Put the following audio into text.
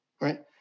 right